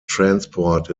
transport